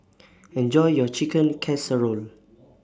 Enjoy your Chicken Casserole